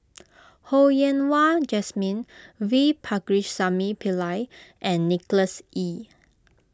Ho Yen Wah Jesmine V Pakirisamy Pillai and Nicholas Ee